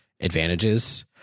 advantages